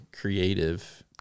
Creative